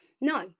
No